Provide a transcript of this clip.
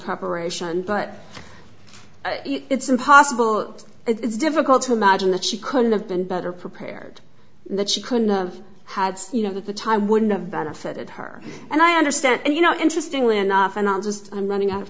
aeration but it's impossible it's difficult to imagine that she couldn't have been better prepared that she couldn't had you know at the time wouldn't have benefited her and i understand and you know interestingly enough and i'm just i'm running out of